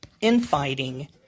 infighting